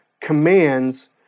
commands